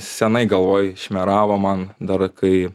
senai galvoj šmėravo man dar kai